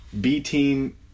B-team